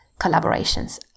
collaborations